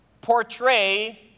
portray